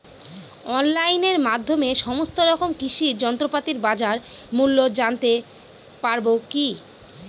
অনলাইনের মাধ্যমে সমস্ত রকম কৃষি যন্ত্রপাতির বাজার মূল্য জানতে পারবো কি?